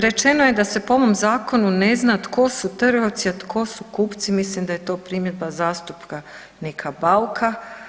Rečeno je da se po ovom zakonu ne zna tko su trgovci a tko su kupci, mislim da je to primjedba zastupnika Bauka.